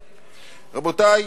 רבותי,